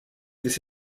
this